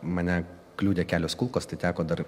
mane kliudė kelios kulkos tai teko dar